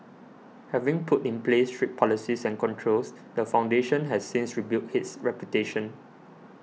having put in place strict policies and controls the foundation has since rebuilt his reputation